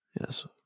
Yes